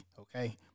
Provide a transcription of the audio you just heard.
Okay